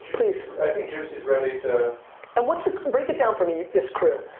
please i think juicy's ready to and what's the, break it down for me, this crew.